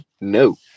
No